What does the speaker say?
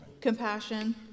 Compassion